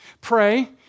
pray